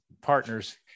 partners